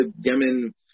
Yemen